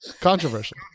Controversial